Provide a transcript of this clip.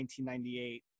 1998